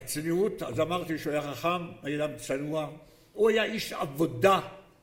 רציניות, אז אמרתי שהוא היה חכם, היה גם צנוע, הוא היה איש עבודה